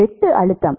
வெட்டு அழுத்தம்